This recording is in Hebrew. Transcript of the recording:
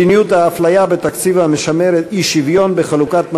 מדיניות האפליה בתקציב המשמר אי-שוויון בחלוקת משאבים.